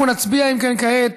אנחנו נצביע כעת,